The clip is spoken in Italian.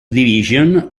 division